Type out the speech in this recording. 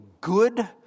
good